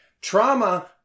trauma